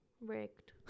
Rigged